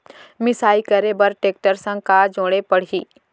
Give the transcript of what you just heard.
मिसाई करे बर टेकटर संग का जोड़े पड़ही?